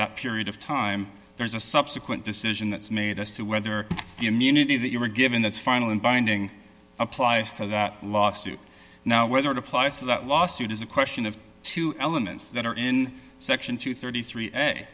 that period of time there's a subsequent decision that's made as to whether the immunity that you were given that's final and binding applies to that lawsuit now whether it applies to that lawsuit is a question of two elements that are in section two hundred and thirty three